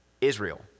israel